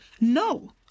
no